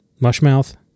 Mushmouth